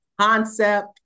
concept